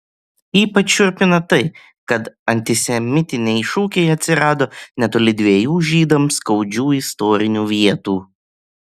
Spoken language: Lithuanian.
ypač šiurpina tai kad antisemitiniai šūkiai atsirado netoli dviejų žydams skaudžių istorinių vietų